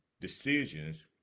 decisions